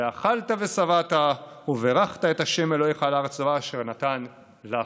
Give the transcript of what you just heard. ואכלת ושבעת וברכת את ה' אלהיך על הארץ הטֹבה אשר נתן לך".